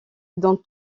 dans